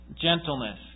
gentleness